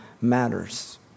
matters